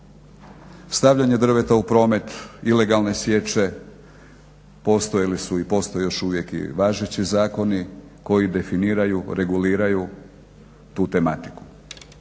Stavljanje drveta u promet ilegalne siječe, postojali su i postoje još uvijek i važeći zakon koji definiraju, reguliraju tu tematiku.